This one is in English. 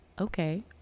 okay